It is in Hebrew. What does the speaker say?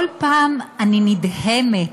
כל פעם אני נדהמת